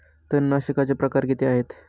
तणनाशकाचे प्रकार किती आहेत?